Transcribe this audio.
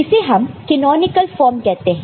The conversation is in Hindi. इसे हम कैनॉनिकल फॉर्म कहते हैं